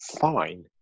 fine